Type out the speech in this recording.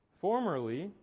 Formerly